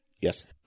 Yes